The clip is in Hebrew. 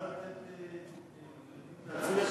את יכולה לתת קרדיט לעצמך,